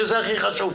שזה הכי חשוב.